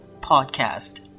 podcast